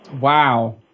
Wow